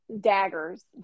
daggers